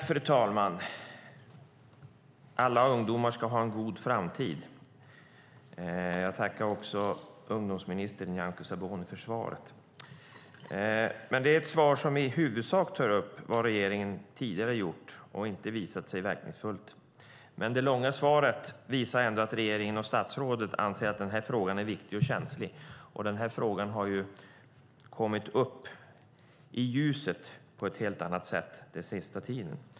Fru talman! Alla ungdomar ska ha en god framtid. Jag tackar ungdomsminister Nyamko Sabuni för svaret. Det är ett svar som i huvudsak tar upp vad regeringen tidigare har gjort men som inte visat sig verkningsfullt. Det långa svaret visar ändå att regeringen och statsrådet anser att frågan viktig och känslig, och frågan har ju kommit upp i ljuset på ett helt annat sätt på sista tiden.